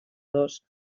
dos